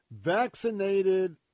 Vaccinated